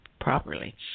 properly